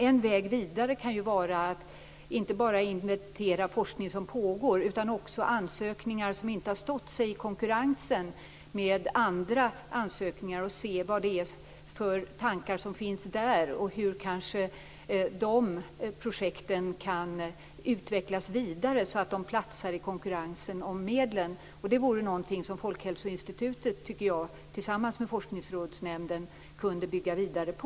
En väg vidare kan vara att inte bara inventera forskning som pågår utan också ansökningar som inte har stått sig i konkurrensen med andra ansökningar och se vad det är för tankar som finns där. Kanske de projekten kan utvecklas vidare så att de platsar i konkurrensen om medlen. Det vore något som Folkhälsoinstitutet tillsammans med Forskningsrådsnämnden kunde bygga vidare på.